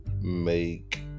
make